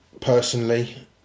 personally